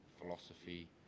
philosophy